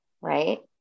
right